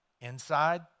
inside